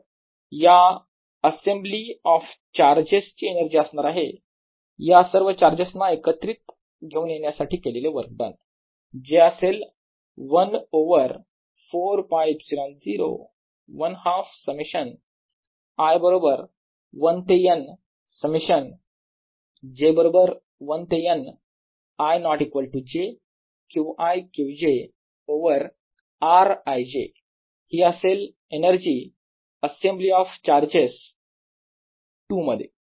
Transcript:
तर या assembly of charges ची एनर्जी असणार आहे या सर्व चार्जेस ना एकत्रित घेऊन येण्यासाठी केलेले वर्क डन जे असेल 1 ओवर 4ㄫε0 1 हाल्फ समेशन i बरोबर 1 ते N समेशन j बरोबर 1 ते N i ≠ j Q i Q j over r i j हि असेल एनर्जी असेम्ब्ली ऑफ चार्जेस 2 मध्ये